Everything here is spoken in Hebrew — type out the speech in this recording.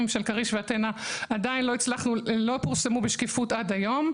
של כריש ואתנה עדיין לא פורסמו בשקיפות עד היום.